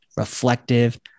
Reflective